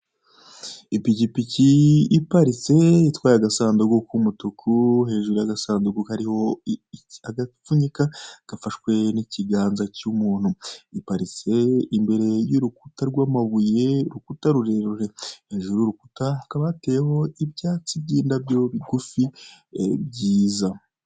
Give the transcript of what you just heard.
Ipikipiki iparitse itwaye agasanduku k'umutuku, hejuru y'agasanduku hariho agapfunyika, gafashwe n'ikiganza cy'umuntu. Iparitse imbere y'urukuta rw'amabuye, urukuta rurerure hajuru y'urukuta hakaba hateyeho ibyatsi by'indabyo bigufi byiza.